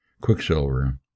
Quicksilver